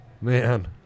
Man